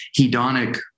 hedonic